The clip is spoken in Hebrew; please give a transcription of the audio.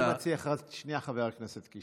שנייה, חבר הכנסת קיש.